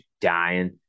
dying